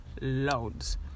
loads